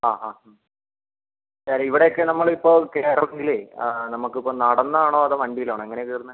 ആ ആ സർ ഇവിടെയൊക്കെ നമ്മൾ ഇപ്പോൾ കയറുന്നില്ലേ നമുക്ക് ഇപ്പോൾ നടന്ന് ആണോ വണ്ടിയിലാണോ എങ്ങനെയാണ് കയറുന്നത്